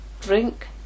drink